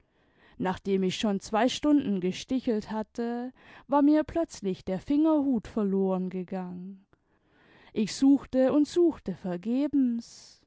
nachdem ich schon zwei stunden gestichelt hatte war mir plötzlich der fingerhut verloren gegangen ich suchte und suchte vergebens